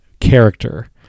character